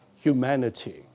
humanity